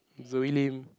Zoey-Lim